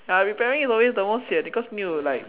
ah preparing is always the most sian because need to like